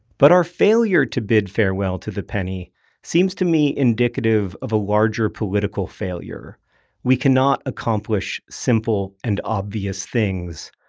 but our failure to bid farewell to the penny seems to me indicative of a larger political failure we cannot accomplish simple and obvious things,